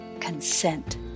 Consent